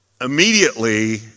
Immediately